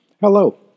Hello